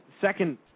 second